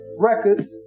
Records